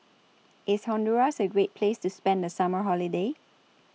IS Honduras A Great Place to spend The Summer Holiday